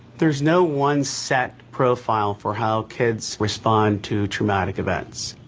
there's no one set profile for how kids respond to traumatic events.